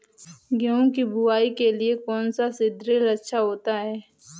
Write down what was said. गेहूँ की बुवाई के लिए कौन सा सीद्रिल अच्छा होता है?